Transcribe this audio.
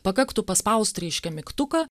pakaktų paspaust reiškia mygtuką